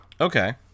Okay